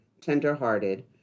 tenderhearted